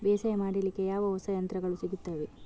ಬೇಸಾಯ ಮಾಡಲಿಕ್ಕೆ ಯಾವ ಯಾವ ಹೊಸ ಯಂತ್ರಗಳು ಸಿಗುತ್ತವೆ?